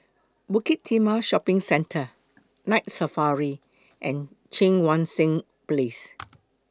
Bukit Timah Shopping Centre Night Safari and Cheang Wan Seng Place